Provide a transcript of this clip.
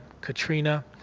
katrina